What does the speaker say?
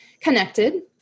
connected